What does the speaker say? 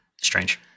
Strange